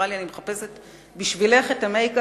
והיא אמרה לי: אני מחפשת בשבילך את המייק-אפ